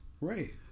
Right